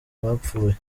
abapfuye